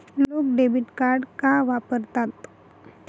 लोक debit card का वापरतात?